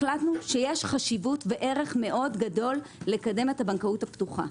החלטנו שיש חשיבות וערך מאוד גדול לקדם את הבנקאות הפתוחה.